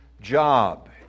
job